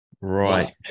Right